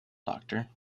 doctor